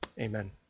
Amen